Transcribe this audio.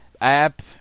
app